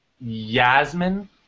Yasmin